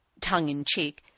tongue-in-cheek